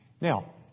Now